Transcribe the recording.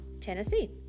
Tennessee